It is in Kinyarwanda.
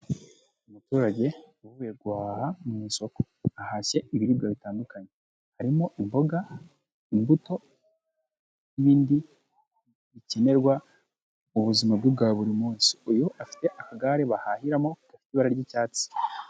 Umuturage uvuye guhaha mu isoko, ahashye ibiribwa bitandukanye harimo imboga imbuto n'ibindi bikenerwa mu buzima bwe bwa buri munsi, uyu afite akagare bahahiramo gafite ibara ry'icyatsi.